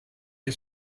you